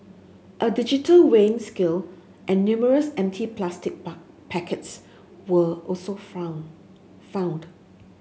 a digital weighing scale and numerous empty plastic packets were also found found